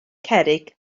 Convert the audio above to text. cerrig